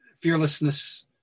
fearlessness